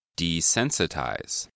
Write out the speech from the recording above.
desensitize